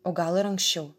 o gal ir anksčiau